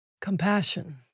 Compassion